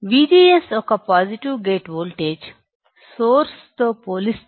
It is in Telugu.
VGS యొక్క పాజిటివ్ గేట్ వోల్టేజ్ సోర్స్ తో పోలిస్తే